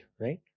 right